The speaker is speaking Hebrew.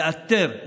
לאתר,